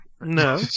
No